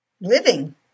living